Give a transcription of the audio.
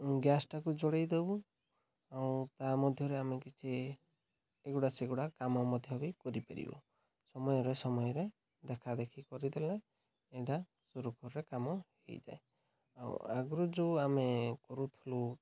ଗ୍ୟାସ୍ଟାକୁ ଜଳେଇ ଦେବୁ ଆଉ ତା ମଧ୍ୟରେ ଆମେ କିଛି ଏଗୁଡ଼ା ସେଗୁଡ଼ା କାମ ମଧ୍ୟ ବି କରିପାରିବୁ ସମୟରେ ସମୟରେ ଦେଖା ଦେଖି କରିଦେଲେ ଏଇଟା ସୁରୁଖୁରୁରେ କାମ ହେଇଯାଏ ଆଉ ଆଗରୁ ଯେଉଁ ଆମେ କରୁଥିଲୁ